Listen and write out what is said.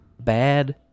Bad